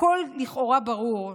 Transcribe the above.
הכול לכאורה ברור.